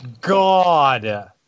god